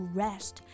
rest